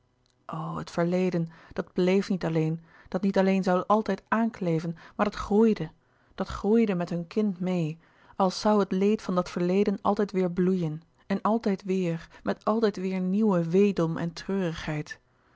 het verleden dat bleef niet alleen dat niet alleen zoû altijd aankleven maar dat groeide dat groeide met hun kind meê als zoû het leed van dat verleden altijd weêr bloeien en altijd weêr met altijd weêr nieuwen weedom en treurigheid